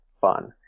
fun